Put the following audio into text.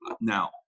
now